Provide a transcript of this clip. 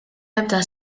ebda